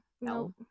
No